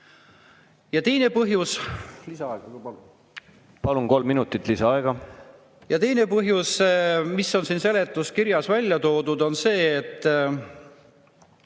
Ja teine põhjus, mis on seletuskirjas välja toodud, on see, et